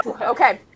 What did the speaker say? Okay